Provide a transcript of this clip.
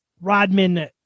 Rodman